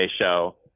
show